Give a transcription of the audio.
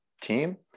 team